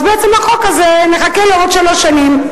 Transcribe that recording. אז בעצם נחכה לחוק הזה עוד שלוש שנים.